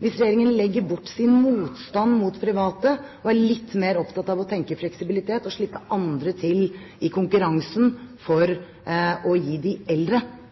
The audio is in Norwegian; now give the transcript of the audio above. hvis regjeringen legger bort sin motstand mot private og er litt mer opptatt av å tenke fleksibilitet og slippe andre til i konkurransen for å gi de eldre